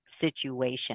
situation